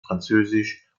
französisch